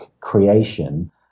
creation